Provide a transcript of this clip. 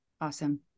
Awesome